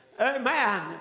Amen